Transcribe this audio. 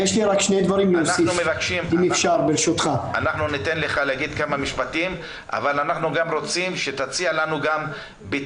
כן לאשר לבוגרים שנקלטו בארץ ועובדים מינימום שנתיים באותו מוסד ממשלתי